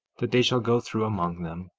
that they shall go through among them,